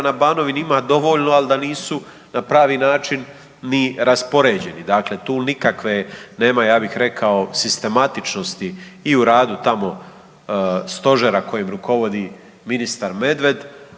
na Banovini ima dovoljno ali da nisu na pravi način ni raspoređeni. Dakle, tu nikakve nema ja bih rekao sistematičnosti i u radu tamo stožera kojem rukovodi ministar Medved,